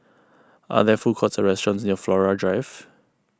are there food courts or restaurants near Flora Drive